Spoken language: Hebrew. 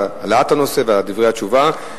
על העלאת הנושא ועל דברי התשובה.